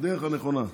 בדרך הנכונה,